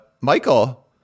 michael